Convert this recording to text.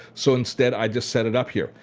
so instead, i just set it up here.